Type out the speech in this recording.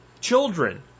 children